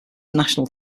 national